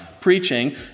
preaching